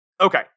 okay